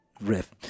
riff